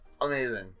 amazing